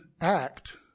act